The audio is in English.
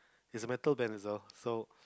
it's a metal band as well so